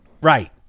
right